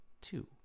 two